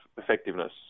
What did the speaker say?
effectiveness